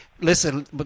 Listen